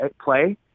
play